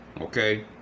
okay